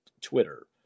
Twitter